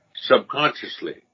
subconsciously